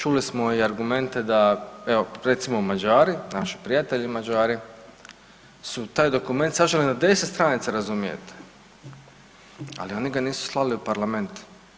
Čuli smo i argumente da evo recimo Mađari, naši prijatelji Mađari su taj dokument saželi na 10 stranica razumijete, ali oni ga nisu slali u Parlament.